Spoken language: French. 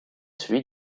celui